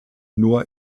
nur